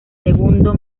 segundo